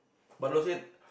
but those days